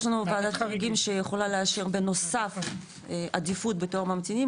יש לנו וועדת חריגים שיכולה לאשר בנוסף עדיפות בתור ממתינים,